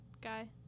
guy